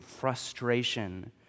frustration